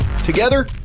together